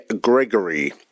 Gregory